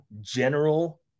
general